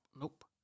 Nope